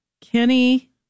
Kenny